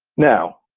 now,